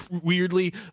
Weirdly